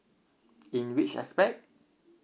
in which aspect